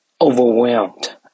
overwhelmed